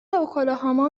اوکلاهاما